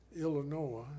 Illinois